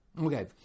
Okay